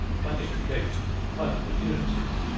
by education, by opportunities,